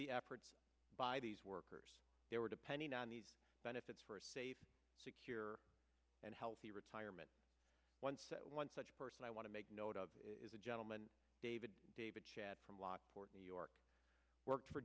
the efforts by these workers they were depending on these benefits for a safe secure and healthy retirement once one such person i want to make note of is a gentleman david david shad from lockport new york worked for